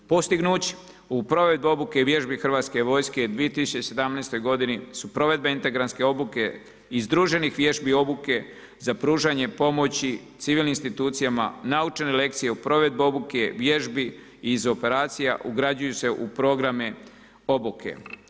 Postignuće u provedbi obuke vježbi Hrvatske vojske 2017. su provedbe … obuke i združenih vježbi obuke za pružanje pomoći civilnim institucijama, naučene lekcije u provedbi obuke, vježbi iz operacija ugrađuju se u programe obuke.